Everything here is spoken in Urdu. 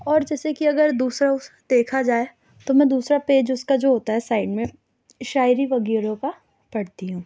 اور جیسے کہ اگر دوسرا دیکھا جائے تو میں دوسرا پیج اس کا جو ہوتا ہے سائڈ میں شاعری وغیرہ کا پڑھتی ہوں